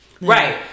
Right